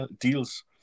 deals